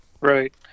Right